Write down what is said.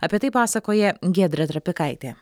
apie tai pasakoja giedrė trapikaitė